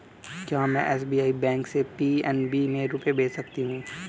क्या में SBI bank से पी.एन.बी में रुपये भेज सकती हूँ?